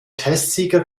testsieger